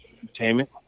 entertainment